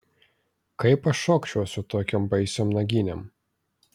kaip aš šokčiau su tokiom baisiom naginėm